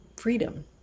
freedom